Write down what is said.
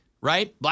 right